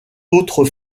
autres